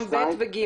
ו-4.2ג.